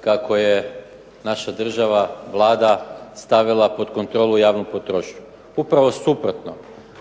kako je naša država Vlada stavila pod kontrolu javnu potrošnju. Upravo suprotno,